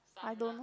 I don't know